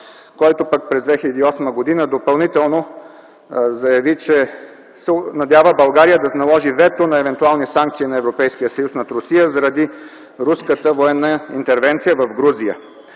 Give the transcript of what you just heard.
който пък през 2008 г. допълнително заяви, че се надява България да наложи вето на евентуална санкция на Европейския съюз над Русия заради руската военна интервенция в Грузия.